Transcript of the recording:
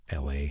la